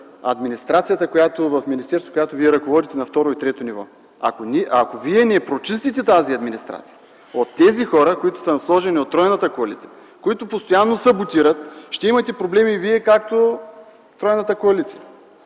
в министерството, която Вие водите на второ и трето ниво. Ако Вие не прочистите тази администрация от тези хора, които са сложени от тройната коалиция, които постоянно саботират, ще имате проблеми Вие, както тройната коалиция.